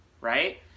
right